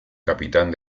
capitán